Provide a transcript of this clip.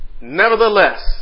Nevertheless